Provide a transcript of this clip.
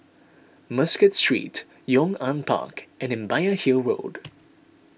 Muscat Street Yong An Park and Imbiah Hill Road